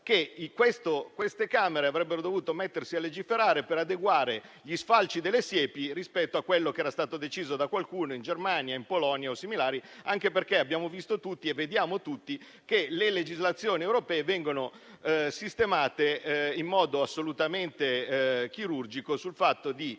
che le Camere avrebbero dovuto mettersi a legiferare per adeguare gli sfalci delle siepi, rispetto a quello che era stato deciso da qualcuno in Germania, in Polonia o similari, anche perché abbiamo visto e vediamo tutti che le legislazioni europee vengono sistemate in modo chirurgico per non